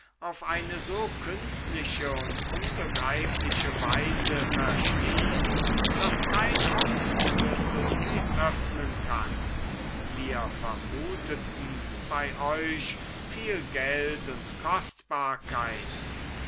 auf eine so künstliche und unbegreifliche weise verschließt daß kein hauptschlüssel sie öffnen kann wir vermuteten bei euch viel geld und kostbarkeiten